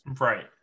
Right